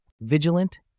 Vigilant